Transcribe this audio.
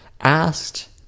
asked